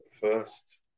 first